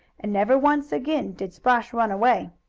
and never once again did splash run away.